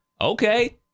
Okay